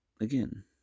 again